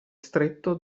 stretto